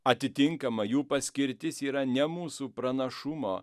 atitinkamą jų paskirtis yra ne mūsų pranašumo